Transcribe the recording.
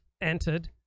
entered